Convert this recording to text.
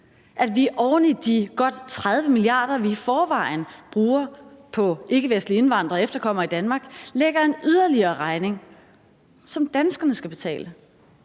at vi oven i de godt 30 mia. kr., vi i forvejen bruger på ikkevestlige indvandrere og efterkommere i Danmark, lægger en yderligere regning, som danskerne skal betale?